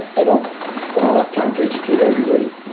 i don't and don't have time to educate everybody,